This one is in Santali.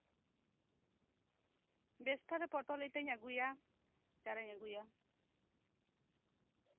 ᱵᱮᱥ ᱛᱟᱞᱦᱮ ᱯᱚᱴᱚᱞ ᱤᱛᱟᱹᱧ ᱟᱜᱩᱭᱟ ᱪᱟᱨᱟᱧ ᱟᱜᱩᱭᱟ